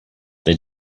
they